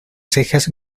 cejas